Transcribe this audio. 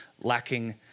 lacking